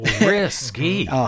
Risky